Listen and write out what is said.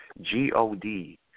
G-O-D